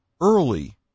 early